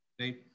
right